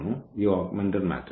ഈ augmented matrix